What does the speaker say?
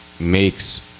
makes